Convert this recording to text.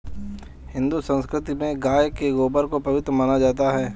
हिंदू संस्कृति में गाय के गोबर को पवित्र माना जाता है